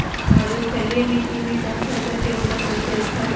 मरुस्थलीय मिट्टी मैं कौन फसल के उपज सबसे अच्छा होतय?